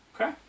Okay